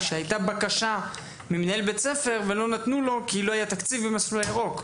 שהייתה בקשה ממנהל בית ספר ולא נתנו לו כי לא היה תקציב במסלול הירוק.